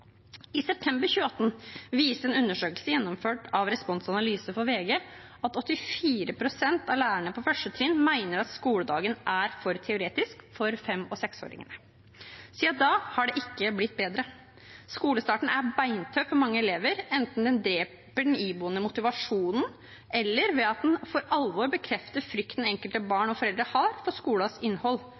I september 2018 viste en undersøkelse gjennomført av Respons Analyse for VG at 84 pst. av lærerne på 1. trinn mener at skoledagen er for teoretisk for fem- og seksåringene. Siden da har det ikke blitt bedre. Skolestarten er beintøff for mange elever, enten den dreper den iboende motivasjonen eller ved at den for alvor bekrefter frykten enkelte barn og foreldre har for skolens innhold